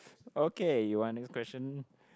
okay you want this question